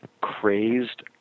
crazed